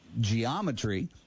geometry